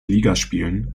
ligaspielen